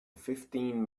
fifteen